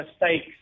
mistakes